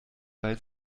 weil